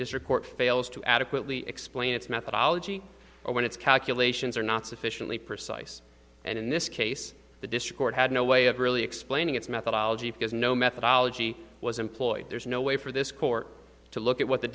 district court fails to adequately explain its methodology or when its calculations are not sufficiently precise and in this case the dischord had no way of really explaining its methodology because no methodology was employed there's no way for this court to look at what the